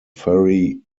ferry